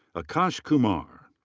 akash kumar.